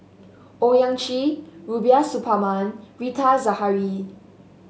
Owyang Chi Rubiah Suparman Rita Zahara